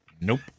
Nope